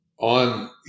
on